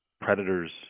predators